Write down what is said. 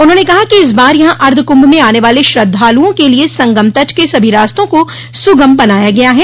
उन्होंने कहा इस बार यहां अर्द्वकुंभ में आने वाले श्रद्धालुओं के लिए संगम तट के सभी रास्तों को सुगम बनाया गया है